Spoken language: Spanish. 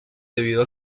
debido